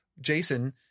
Jason